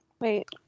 Wait